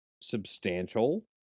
substantial